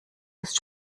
ist